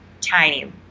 tiny